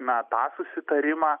na tą susitarimą